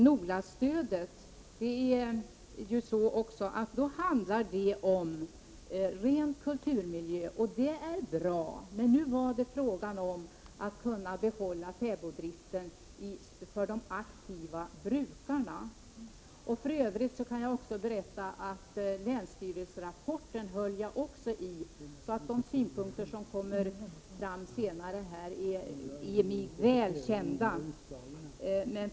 NOLA-stödet är avsett för de fall där det gäller ren kulturmiljö, och det är bra. Men nu var det frågan om att kunna behålla fäboddriften för de aktiva brukarna, och för övrigt kan jag också berätta att jag även höll i länsstyrelserapporten. De synpunkter som vi kommer att få höra senare är välkända för mig.